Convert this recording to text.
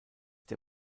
der